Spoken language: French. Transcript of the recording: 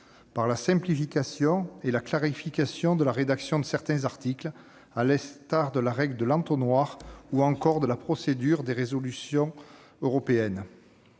par la simplification et la clarification de la rédaction de certains articles, à l'instar de la règle de l'« entonnoir » ou encore de la procédure des propositions de